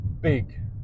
big